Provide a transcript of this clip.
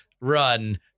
run